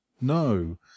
no